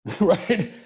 right